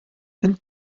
and